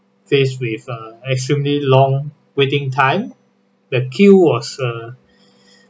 faced with a extremely long waiting time the queue was uh